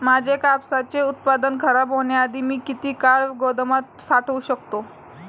माझे कापसाचे उत्पादन खराब होण्याआधी मी किती काळ गोदामात साठवू शकतो?